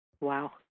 Wow